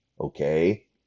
okay